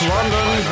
London